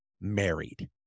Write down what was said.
married